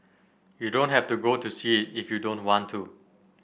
you don't have to go to see it if you don't want to